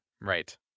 Right